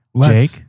Jake